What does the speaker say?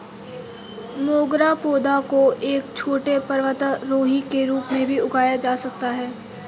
मोगरा पौधा को एक छोटे पर्वतारोही के रूप में भी उगाया जा सकता है